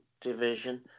division